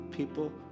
People